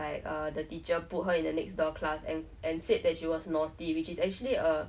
like err the teacher put her in the next door class and and said that she was naughty which is actually err